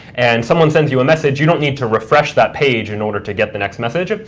and someone sends you a message, you don't need to refresh that page in order to get the next message,